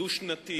הדו-שנתי